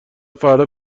فردا